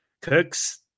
Kirk's –